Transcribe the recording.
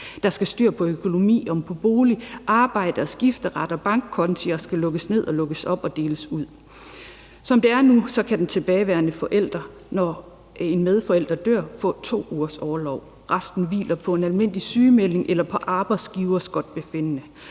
Der skal styr på økonomi og på bolig, arbejde og skifteret, og bankkonti skal lukkes ned, lukkes op og deles ud. Som det er nu, kan den tilbageværende forælder, når en medforælder dør, få 2 ugers orlov. Resten hviler på en almindelig sygemelding eller på arbejdsgivers forgodtbefindende.